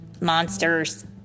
Monsters